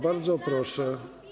Bardzo proszę.